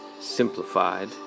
Simplified